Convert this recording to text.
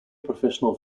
professional